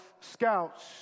scouts